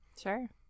Sure